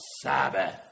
Sabbath